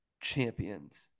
champions